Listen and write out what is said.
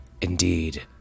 Indeed